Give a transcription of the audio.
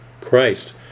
Christ